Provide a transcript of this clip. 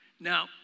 Now